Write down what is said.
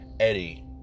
Eddie